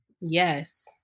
yes